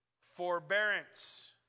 forbearance